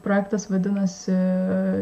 projektas vadinasi